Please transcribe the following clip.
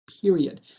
period